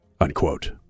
Unquote